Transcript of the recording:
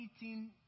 eating